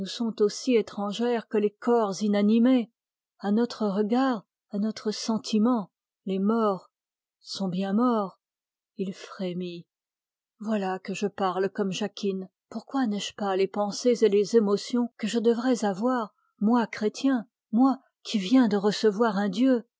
sont aussi étrangères que les corps inanimés à notre regard à notre sentiment les morts sont bien morts il frémit voilà que je parle comme jacquine pourquoi n'aije pas les pensées que je devrais avoir moi chrétien moi qui viens de recevoir un dieu